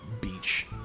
beach